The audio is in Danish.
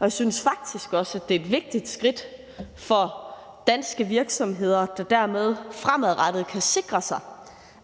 Jeg synes faktisk også, at det er et vigtigt skridt for danske virksomheder, der dermed fremadrettet kan sikre sig,